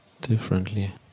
differently